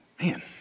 Man